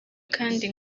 kandi